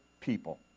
people